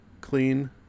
clean